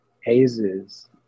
Hazes